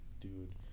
dude